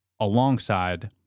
alongside